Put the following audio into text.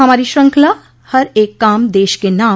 हमारी श्रृंखला हर एक काम देश के नाम